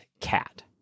cat